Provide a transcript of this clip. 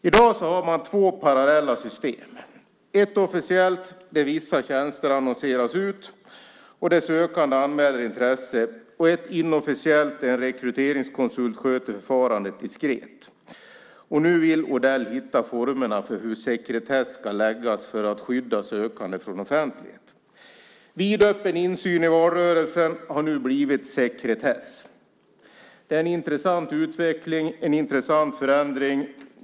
I dag har man två parallella system, ett officiellt där vissa tjänster annonseras ut och de sökande anmäler intresse och ett inofficiellt där en rekryteringskonsult sköter förfarandet diskret. Nu vill Odell hitta formerna för hur sekretess kan läggas för att skydda sökande från offentlighet. Vidöppen insyn i valrörelsen har nu blivit sekretess. Det är en intressant utveckling, en intressant förändring.